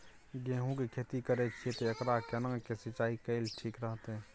गेहूं की खेती करे छिये ते एकरा केना के सिंचाई कैल ठीक रहते?